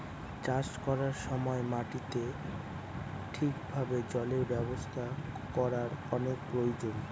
চাষ করার সময় মাটিতে ঠিক ভাবে জলের ব্যবস্থা করার অনেক প্রয়োজন